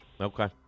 Okay